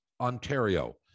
Ontario